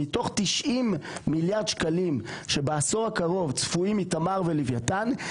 מתוך 90 מיליארד שקלים שבעשור הקרוב צפויים מתמר ולווייתן,